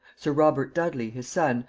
sir robert dudley his son,